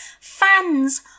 Fans